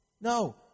No